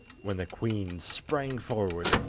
when the queen sprang forward,